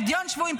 פדיון שבויים,